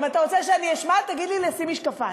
אם אתה רוצה שאני אשמע תגיד לי לשים משקפיים.